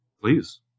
Please